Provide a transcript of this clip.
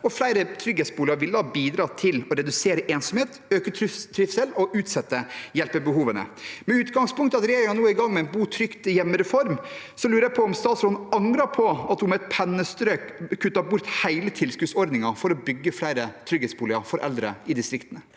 Flere trygghetsboliger ville da bidra til å redusere ensomhet, øke trivsel og utsette hjelpebehovene. Med utgangspunkt i at regjeringen nå er i gang med en bo trygt hjemme-reform, lurer jeg på om statsråden angrer på at hun med et pennestrøk kuttet bort hele tilskuddsordningen for å bygge flere trygghetsboliger for eldre i distriktene.